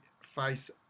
face